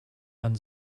man